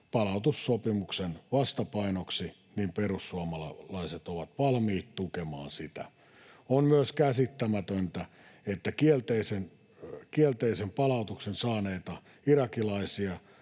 palautussopimuksen vastapainoksi, niin perussuomalaiset ovat valmiit tukemaan sitä. On myös käsittämätöntä, että kielteisen palautuksen saaneita irakilaisia